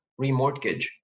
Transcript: remortgage